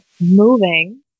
moving